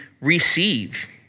receive